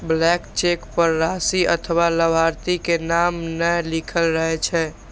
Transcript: blank cheque पर राशि अथवा लाभार्थी के नाम नै लिखल रहै छै